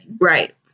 Right